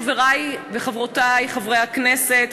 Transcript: חברי וחברותי חברי הכנסת,